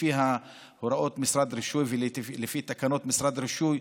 לפי הוראות ותקנות משרד הרישוי,